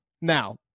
Now